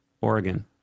Oregon